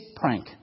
prank